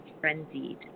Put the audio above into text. frenzied